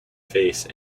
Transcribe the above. face